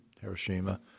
Hiroshima